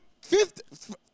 fifth